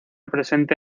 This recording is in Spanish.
presente